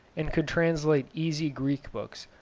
and could translate easy greek books,